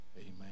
Amen